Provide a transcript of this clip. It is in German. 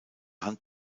hand